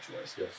Yes